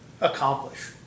accomplish